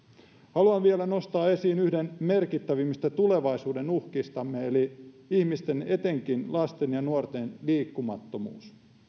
haluan vielä nostaa esiin yhden merkittävimmistä tulevaisuuden uhkistamme eli ihmisten etenkin lasten ja nuorten liikkumattomuuden